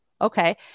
okay